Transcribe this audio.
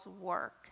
work